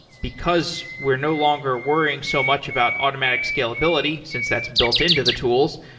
because we're no longer worrying so much about automatic scalability since that's built into the tools.